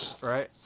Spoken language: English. Right